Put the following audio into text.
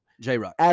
J-Rock